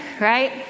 right